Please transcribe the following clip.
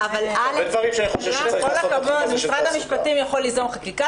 יש הרבה דברים שאני חושב שצריך לעשות בתחום התעסוקה.